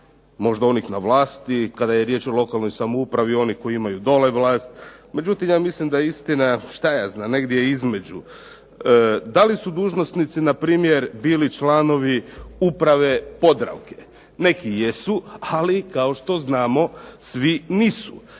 možda onih na vlasti kada je riječ o lokalnoj samoupravi oni koji imaju dole vlast. Međutim, ja mislim da je istina šta ja znam negdje između. Da li su dužnosnici na primjer bili članovi Uprave Podravke? Neki jesu, ali kao što znamo svi nisu.